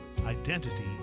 Identity